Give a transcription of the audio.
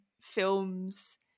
films